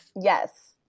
Yes